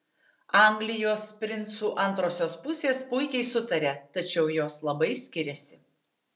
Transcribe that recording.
anglijos princų antrosios pusės puikiai sutaria tačiau jos labai skiriasi